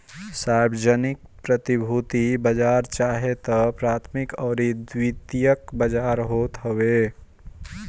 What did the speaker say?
सार्वजानिक प्रतिभूति बाजार चाहे तअ प्राथमिक अउरी द्वितीयक बाजार होत हवे